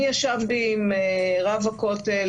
אני ישבתי עם רב הכותל,